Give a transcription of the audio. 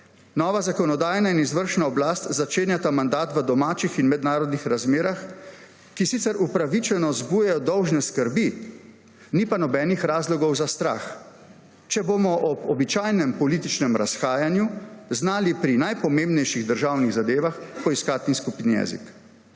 Nova zakonodajna in izvršna oblast začenjata mandat v domačih in mednarodnih razmerah, ki sicer upravičeno vzbujajo dolžne skrbi, ni pa nobenih razlogov za strah, če bomo ob običajnem političnem razhajanju znali pri najpomembnejših državnih zadevah poiskati skupni jezik.